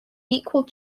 equal